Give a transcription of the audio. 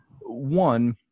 One